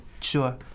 sure